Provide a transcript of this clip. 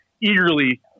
eagerly